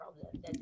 problem